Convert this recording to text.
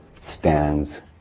stands